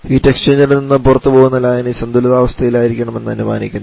ഹീറ്റ്എക്സ്ചേഞ്ചറിൽ നിന്ന് പുറത്തുപോകുന്ന ലായനി സന്തുലിതാവസ്ഥയിലായിരിക്കുമെന്ന് അനുമാനിക്കുന്നു